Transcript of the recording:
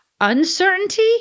Uncertainty